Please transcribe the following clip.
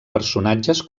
personatges